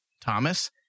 Thomas